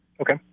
Okay